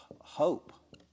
hope